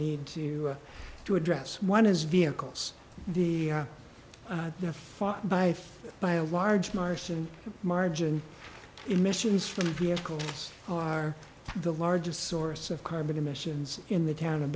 need to to address one is vehicles the the far by by a large marson margin emissions from vehicles are the largest source of carbon emissions in the town of